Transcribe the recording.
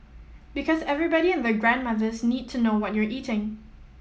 because everybody and their grandmothers need to know what you're eating